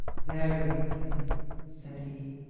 very lovely said he,